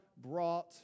brought